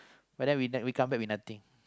but then in the end we come back with nothing